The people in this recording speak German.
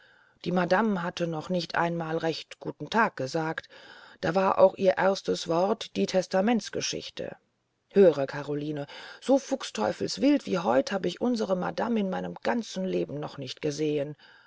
die madame hatte noch nicht einmal recht guten tag gesagt da war auch ihr erstes wort die testamentsgeschichte höre karoline so fuchswild wie heute hab ich unsre madame in meinem ganzen leben noch nicht gesehen